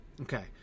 Okay